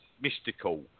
mystical